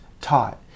taught